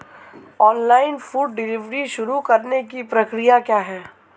Online food delivery शुरू करने की प्रक्रिया क्या है?